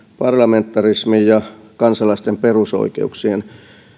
parlamentarismi ja kansalaisten perusoikeuksien